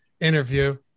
interview